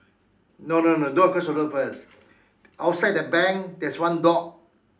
no no no don't cross the road first outside the bank there's one dog